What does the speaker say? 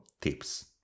tips